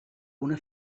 una